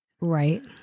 Right